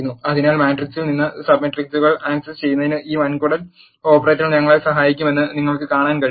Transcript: അതിനാൽ മാട്രിക്സിൽ നിന്ന് സബ് മെട്രിക്സുകൾ ആക്സസ് ചെയ്യുന്നതിന് ഈ വൻകുടൽ ഓപ്പറേറ്റർ ഞങ്ങളെ സഹായിക്കുന്നുവെന്ന് നിങ്ങൾക്ക് കാണാൻ കഴിയും